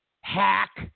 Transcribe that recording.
hack